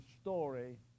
story